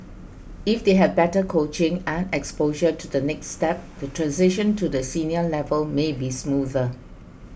if they have better coaching and exposure to the next step the transition to the senior level may be smoother